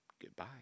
Goodbye